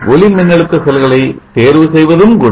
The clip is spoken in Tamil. ஒளி மின்னழுத்த செல்களை தேர்வு செய்வதும் கூட